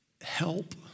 Help